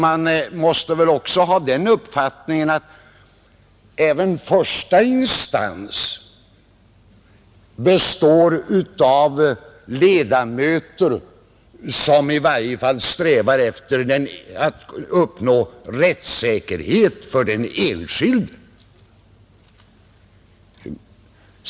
Man måste väl också ha den uppfattningen, att även första instans består av ledamöter som i varje fall strävar efter att uppnå rättssäkerhet för den enskilde.